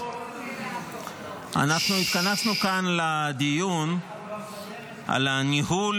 אנחנו התכנסנו כאן לדיון על ניהול